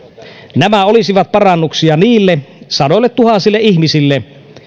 nämä olisivat parannuksia niille sadoilletuhansille ihmisille